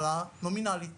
העלאה נומינלית